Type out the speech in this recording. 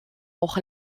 auch